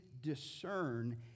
discern